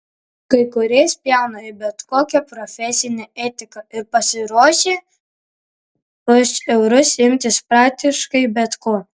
kai kurie spjauna į bet kokią profesinę etiką ir pasiruošę už eurus imtis praktiškai bet ko